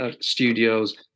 studios